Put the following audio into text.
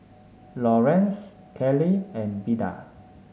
Lorenz Kellie and Beda